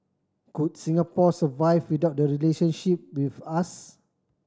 could Singapore survive without the relationship with us